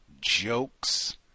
jokes